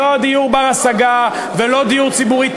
לא דיור בר-השגה ולא דיור ציבורי.